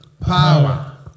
Power